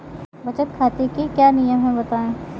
बचत खाते के क्या नियम हैं बताएँ?